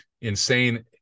insane